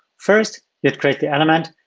first, you'd create the element,